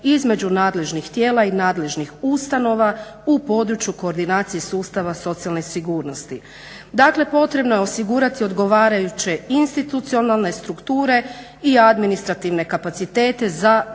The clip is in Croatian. između nadležnih tijela i nadležnih ustanova u području koordinacije sustava socijalne sigurnosti. Dakle, potrebno je osigurati odgovarajuće institucionalne strukture i administrativne kapacitete za